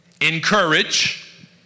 encourage